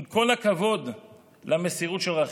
עם כל הכבוד למסירות של רחל,